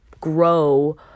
grow